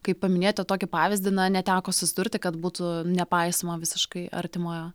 kaip paminėjote tokį pavyzdį na neteko susidurti kad būtų nepaisoma visiškai artimojo